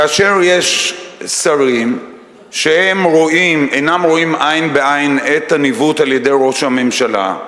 כאשר יש שרים שאינם רואים עין בעין את הניווט על-ידי ראש הממשלה,